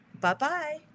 bye-bye